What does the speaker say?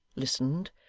listened,